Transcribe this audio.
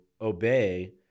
obey